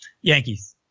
Yankees